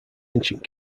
ancient